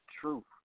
true